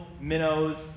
minnows